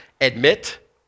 admit